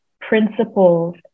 principles